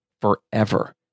forever